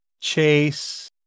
Chase